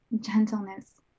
gentleness